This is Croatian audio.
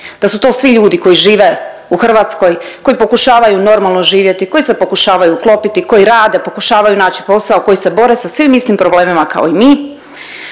da su to svi ljudi koji žive u Hrvatskoj, koji pokušavaju normalno živjeti, koji se pokušavaju uklopiti, koji rade, pokušavaju naći posao, koji se bore sa svim istim problemima kao i mi.